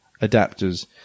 adapters